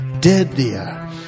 deadlier